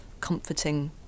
comforting